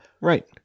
Right